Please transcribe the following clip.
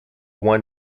one